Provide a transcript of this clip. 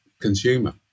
consumer